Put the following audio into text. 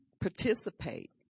participate